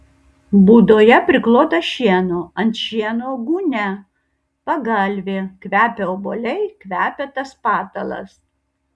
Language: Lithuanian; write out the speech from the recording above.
būdoje priklota šieno ant šieno gūnia pagalvė kvepia obuoliai kvepia tas patalas